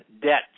debt